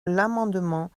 l’amendement